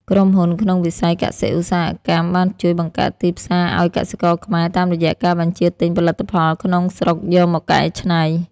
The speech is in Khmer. ក្រុមហ៊ុនក្នុងវិស័យ កសិ-ឧស្សាហកម្ម បានជួយបង្កើតទីផ្សារឱ្យកសិករខ្មែរ តាមរយៈការបញ្ជាទិញផលិតផលក្នុងស្រុកយកមកកែច្នៃ។